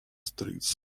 streets